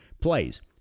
plays